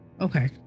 Okay